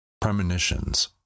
premonitions